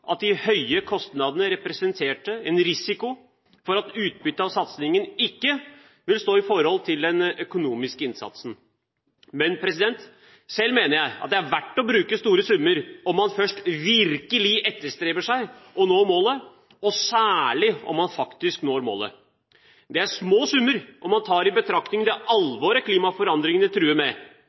at de høye kostnadene representerte en risiko for at utbyttet av satsingen ikke ville stå i forhold til den økonomiske innsatsen. Men selv mener jeg at det er verdt å bruke store summer om man først virkelig etterstreber å nå målet, og særlig om man faktisk når målet. Det er små summer om man tar i betraktning det alvoret klimaforandringene truer med.